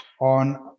on